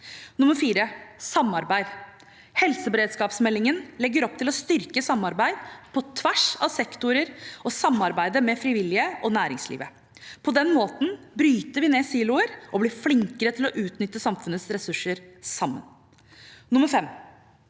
4. Helseberedskapsmeldingen legger opp til å styrke samarbeid på tvers av sektorer og samarbeid med frivillige og næringslivet. På den måten bryter vi ned siloer og blir flinkere til å utnytte samfunnets ressurser sammen.